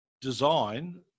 design